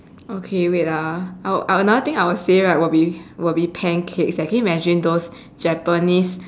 okay wait ah oh another thing I will say right will be will be pancakes leh can you imagine those japanese